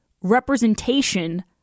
representation